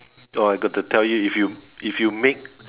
I got to tell you if you if you make